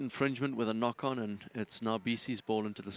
infringement with a knock on and it's not be she's born into the